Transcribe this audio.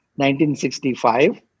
1965